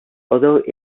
although